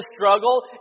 struggle